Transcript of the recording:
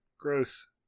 Gross